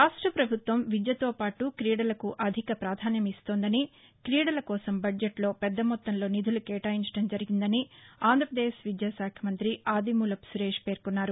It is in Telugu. రాష్ట ప్రభుత్వం విద్యతోపాటు క్రీడలకు అధిక ప్రాధాన్యం ఇస్తోందని క్రీడల కోసం బద్షెట్లో పెద్ద మొత్తంలో నిధులు కేటాయించడం జరిగిందని ఆంధ్రప్రదేశ్ విద్యాశాఖ మంతి ఆదిమూలపు సురేష్ పేర్కొన్నారు